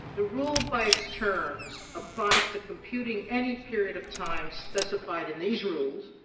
the rule by its terms applies to computing any period of time specified in these rules,